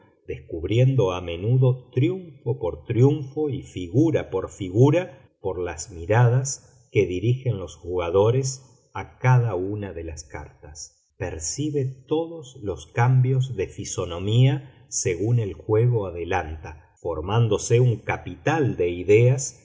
descubriendo a menudo triunfo por triunfo y figura por figura por las miradas que dirigen los jugadores a cada una de las cartas percibe todos los cambios de fisonomía según el juego adelanta formándose un capital de ideas